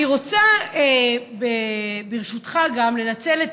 אני רוצה, ברשותך, גם לנצל את